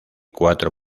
cuatro